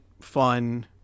fun